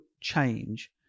change